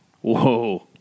Whoa